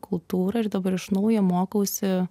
kultūrą ir dabar iš naujo mokausi